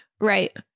Right